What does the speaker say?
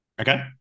Okay